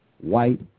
White